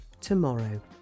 tomorrow